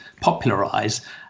popularize